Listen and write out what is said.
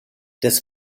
des